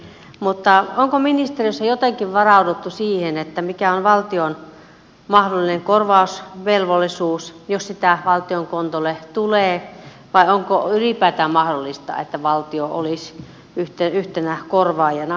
mutta onko ministeriössä jotenkin varauduttu siihen mikä on valtion mahdollinen korvausvelvollisuus jos sitä valtion kontolle tulee vai onko ylipäätään mahdollista että valtio olisi yhtenä korvaajana